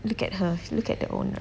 look at her look at the owner